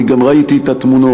אני גם ראיתי את התמונות,